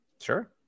Sure